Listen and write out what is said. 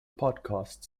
podcast